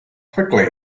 quickly